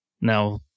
now